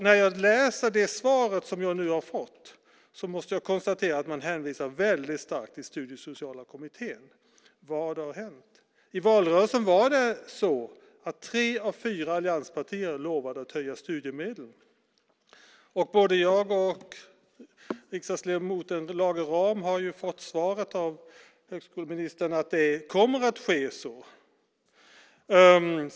När jag läser det svar som jag nu har fått måste jag konstatera att man hänvisar väldigt starkt till Studiesociala kommittén. Vad har hänt? I valrörelsen var det så att tre av fyra allianspartier lovade att höja studiemedlem. Både jag och riksdagsledamoten Lage Rahm har ju fått svaret av högskoleministern att så kommer att ske.